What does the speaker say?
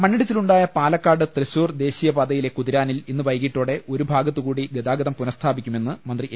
മണ്ണിടിച്ചിലുണ്ടായ പാലക്കാട് തൃശൂർ ദേശീയ പാതയിലെ കുതിരാനിൽ ഇന്ന് വൈകിട്ടോടെ ഒരു ഭാഗത്തുകൂടി ഗതാഗതം പുനഃസ്ഥാപിക്കുമെന്ന് മന്ത്രി എ